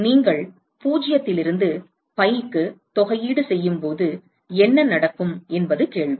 நீங்கள் 0 இலிருந்து பைக்கு தொகையீடு செய்யும்போது என்ன நடக்கும் என்பது கேள்வி